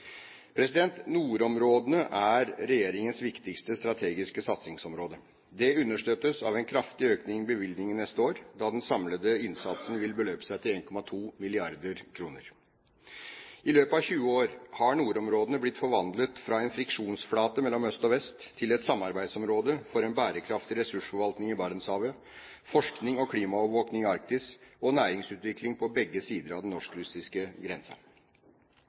Nordområdene er regjeringens viktigste strategiske satsingsområde. Det understøttes av en kraftig økning i bevilgningene neste år, da den samlede innsatsen vil beløpe seg til 1,2 mrd. kr. I løpet av 20 år har nordområdene blitt forvandlet fra en friksjonsflate mellom øst og vest til et samarbeidsområde for en bærekraftig ressursforvaltning i Barentshavet, forskning og klimaovervåking i Arktis, og næringsutvikling på begge sider av den